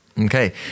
Okay